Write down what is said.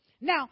Now